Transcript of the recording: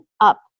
up